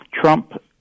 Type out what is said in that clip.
Trump